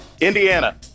Indiana